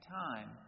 time